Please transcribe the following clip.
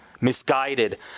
misguided